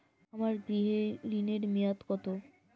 আমার গৃহ ঋণের মেয়াদ কত?